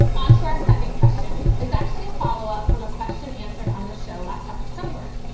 onto our second question. it's actually a follow up from a question answered on the show last october.